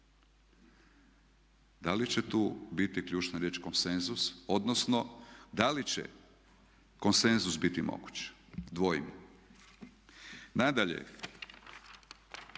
Da li će tu biti ključna riječ konsenzus odnosno da li će konsenzus biti moguć? Dvojim. Nadalje,